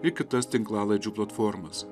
ir kitas tinklalaidžių platformas